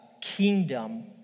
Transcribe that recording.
kingdom